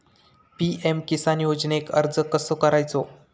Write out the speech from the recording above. PM Kisan योजनेक अर्ज कसो करायचो?